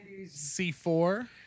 C4